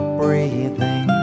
breathing